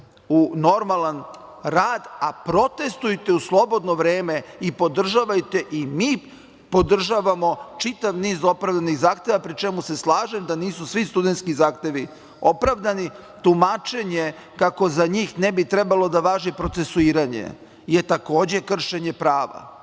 u normalan rad, a protestvujte u slobodno vreme i podržavajte i mi podržavamo čitav niz opravdanih zahteva pri čemu se slažem da nisu svi studentski zahtevi opravdani. Tumačenje kako za njih ne bi trebalo da važi procesuiranje je takođe kršenje prava